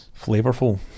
Flavorful